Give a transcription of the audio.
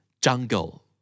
Jungle